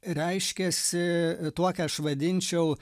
reiškiasi tuo ką aš vadinčiau